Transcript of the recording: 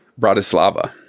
Bratislava